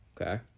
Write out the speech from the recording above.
Okay